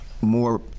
more